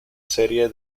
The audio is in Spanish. serie